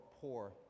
poor